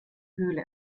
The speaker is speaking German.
höhle